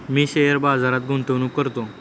मी share बाजारात गुंतवणूक करतो